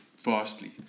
vastly